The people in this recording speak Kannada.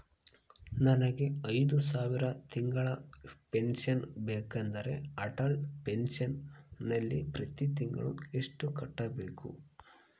ನನಗೆ ಐದು ಸಾವಿರ ತಿಂಗಳ ಪೆನ್ಶನ್ ಬೇಕಾದರೆ ಅಟಲ್ ಪೆನ್ಶನ್ ನಲ್ಲಿ ಪ್ರತಿ ತಿಂಗಳು ಎಷ್ಟು ಕಟ್ಟಬೇಕು?